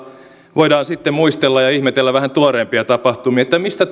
voidaan sitten muistella ja ihmetellä vähän tuoreempia tapahtumia että mistä